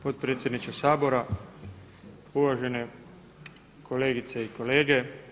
Potpredsjedniče Sabora, uvažene kolegice i kolege.